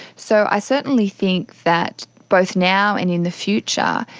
so i certainly think that both now and in the future,